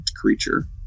creature